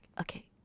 okay